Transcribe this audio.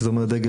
שזה אומר דגל,